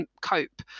cope